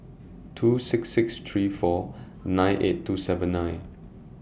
two six six three four nine eight two seven nine